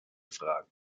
fragen